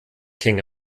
king